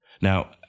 Now